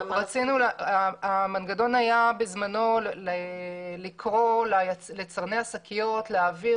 המנגנון היה בזמנו לקרוא ליצרני השקיות להעביר